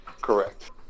Correct